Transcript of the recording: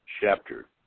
chapter